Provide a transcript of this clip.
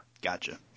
Gotcha